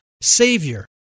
Savior